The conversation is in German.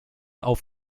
auf